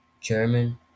German